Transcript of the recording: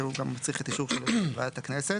שהוא גם צריך את אישור ועדת הכנסת.